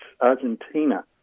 Argentina